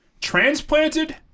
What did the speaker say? transplanted